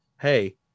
hey